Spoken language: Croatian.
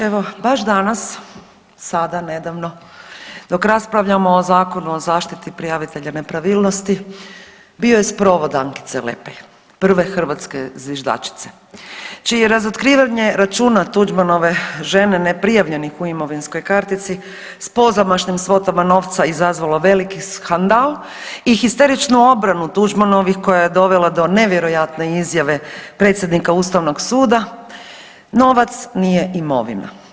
Evo baš danas, sada, nedavno dok raspravljamo o Zakonu o zaštiti prijavitelja nepravilnosti bio je sprovod Ankice Lepej, prve hrvatske zviždače čije je razotkrivanje računa Tuđmanove žene neprijavljenih u imovinskoj kartici s pozamašnim svotama novca izazvalo veliki skandal i histeričnu obranu Tuđmanovih koja je dovela do nevjerojatne izjave predsjednika Ustavnog suda novac nije imovina.